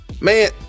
man